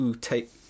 take